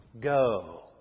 go